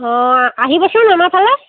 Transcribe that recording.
অ' আহিবচোন আমাৰ ফালে